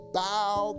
bow